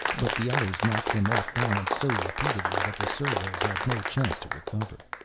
but the others knocked him off-balance so repeatedly that the servos had no chance to recover.